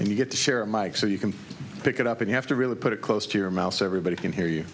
and you get to share mike so you can pick it up and you have to really put it close to your mouse everybody can hear you